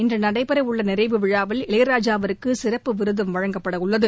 இன்று நடைபெறவுள்ள நிறைவு விழாவில் இளையராஜாவிற்கு சிறப்பு விருதும் வழங்கப்படவுள்ளது